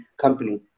company